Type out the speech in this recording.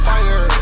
Fire